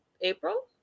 april